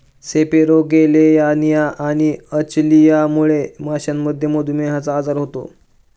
सेपेरोगेलियानिया आणि अचलियामुळे माशांमध्ये मधुमेहचा आजार होतो